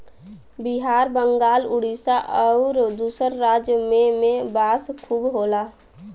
बिहार बंगाल उड़ीसा आउर दूसर राज में में बांस खूब होला